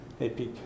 epic